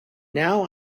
now